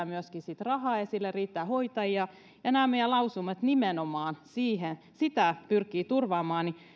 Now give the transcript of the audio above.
myöskin riittää rahaa ja sille riittää hoitajia ja nämä meidän lausumat nimenomaan sitä pyrkivät turvaamaan